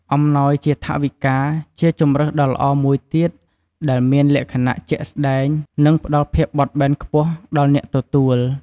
អំណោយជាថវិកា ជាជម្រើសដ៏ល្អមួយទៀត ដែលមានលក្ខណៈ ជាក់ស្តែង និងផ្ដល់ភាពបត់បែនខ្ពស់ដល់អ្នកទទួល។